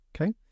okay